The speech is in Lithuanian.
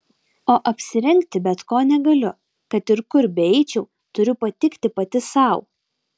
o apsirengti bet ko negaliu kad ir kur beeičiau turiu patikti pati sau